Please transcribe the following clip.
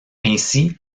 ainsi